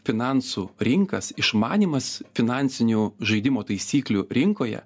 finansų rinkas išmanymas finansinių žaidimo taisyklių rinkoje